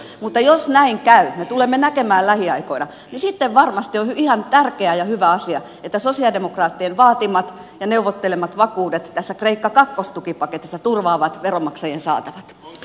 mutta jos näin käy me tulemme sen näkemään lähiaikoina niin sitten varmasti on ihan tärkeä ja hyvä asia että sosialidemokraattien vaatimat ja neuvottelemat vakuudet tässä kreikka kakkostukipaketissa turvaavat veronmaksajien saatavat